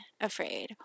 afraid